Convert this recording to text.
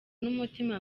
n’umutima